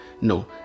No